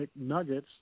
McNuggets